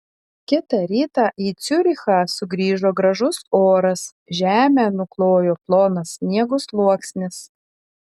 kitą rytą į ciurichą sugrįžo gražus oras žemę nuklojo plonas sniego sluoksnis